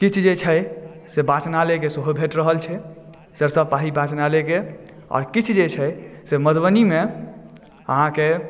किछु जे छै से वाचनालयकेँ सेहो भेट रहलछै सरसोपाही वाचनालयकेँ आओर किछु जे छै से मधुबनीमे अहाँकेँ